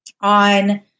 on